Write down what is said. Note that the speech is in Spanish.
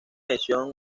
edición